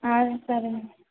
ఆ సరేనండి